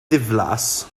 ddiflas